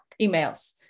emails